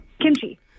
Kimchi